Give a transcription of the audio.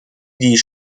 die